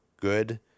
good